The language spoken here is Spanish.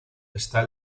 está